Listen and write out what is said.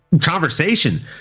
conversation